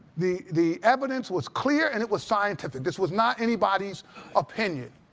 the the evidence was clear and it was scientific. this was not anybody's opinion.